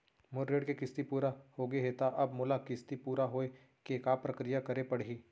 मोर ऋण के किस्ती पूरा होगे हे ता अब मोला किस्ती पूरा होए के का प्रक्रिया करे पड़ही?